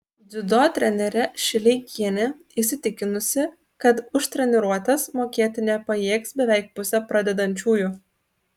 dziudo trenerė šileikienė įsitikinusi kad už treniruotes mokėti nepajėgs beveik pusė pradedančiųjų